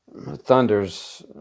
Thunders